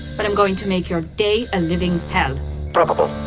but i'm going to make your day a living hell probable,